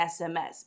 SMS